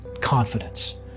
confidence